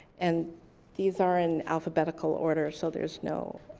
and these are in alphabetical order so there's no